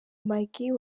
maggie